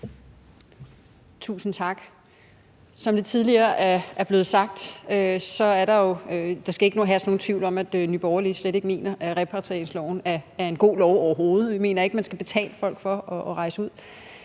Tusind tak. Som det tidligere er blevet sagt, skal der ikke herske nogen tvivl om, at Nye Borgerlige slet ikke mener, at repatrieringsloven er en god lov overhovedet. Vi mener ikke, at man skal betale folk for at rejse ud.